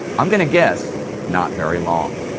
i'm gonna guess not very long.